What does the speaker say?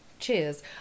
Cheers